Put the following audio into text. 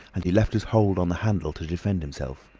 and he left his hold on the handle to defend himself.